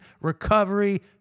recovery